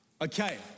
Okay